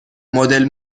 مدل